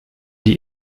die